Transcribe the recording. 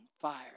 fire